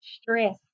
stress